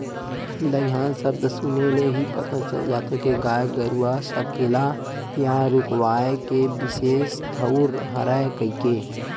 दईहान सब्द सुने ले ही पता चल जाथे के गाय गरूवा सकेला या रूकवाए के बिसेस ठउर हरय कहिके